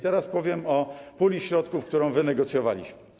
Teraz powiem o puli środków, którą wynegocjowaliśmy.